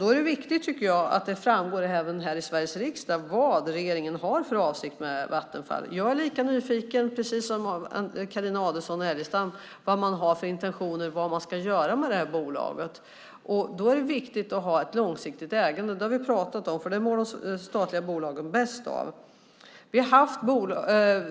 Då är det viktigt att det framgår även här i Sveriges riksdag vad regeringen har för avsikt med Vattenfall. Jag är lika nyfiken som Carina Adolfsson Elgestam på vad man har för intentioner och vad man ska göra med bolaget. Det är viktigt att ha ett långsiktigt ägande. Det har vi pratat om. Det mår de statliga bolagen bäst av.